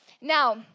now